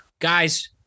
Guys